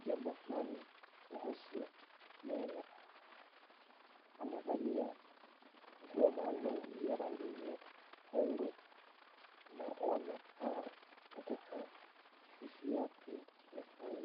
jambo fulani kuhusu meno. Amevalia nguo maalum ya rangi nyekundu na wamekaa katika afisi yake ya kazi.